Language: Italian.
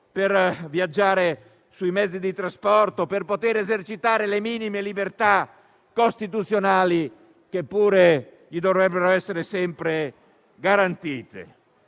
viaggiare sui mezzi di trasporto ed esercitare le minime libertà costituzionali che pure gli dovrebbero essere sempre garantite.